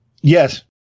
Yes